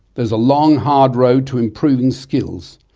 there's a long hard road to improving skills,